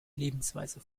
lebensweise